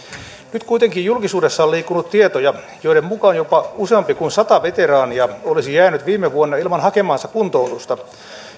nyt kuitenkin julkisuudessa on liikkunut tietoja joiden mukaan jopa useampi kuin sata veteraania olisi jäänyt viime vuonna ilman hakemaansa kuntoutusta